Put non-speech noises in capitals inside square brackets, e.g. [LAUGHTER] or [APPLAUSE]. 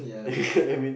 [LAUGHS] I mean